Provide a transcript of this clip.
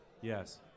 Yes